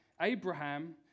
Abraham